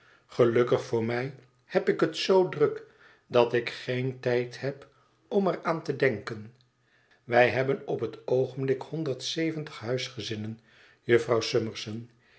gelukkig voor mij heb ik het zoo druk dat ik geen tijd heb om er aan te denken wij hebben op het oogenblik honderd zeventig huisgezinnen jufvrouw summerson